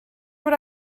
what